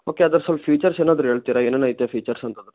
okay ಅದ್ರ ಸ್ವಲ್ಪ features ಏನಾದರೂ ಹೇಳ್ತೀರಾ ಏನೇನು ಐತೆ ಫೀಚರ್ಸ್ ಅಂತಂದು